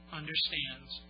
understands